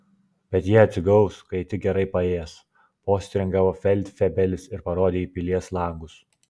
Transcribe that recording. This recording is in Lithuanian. bet jie atsigaus kai tik gerai paės postringavo feldfebelis ir parodė į pilies langus